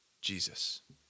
Jesus